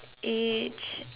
age